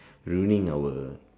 ruining our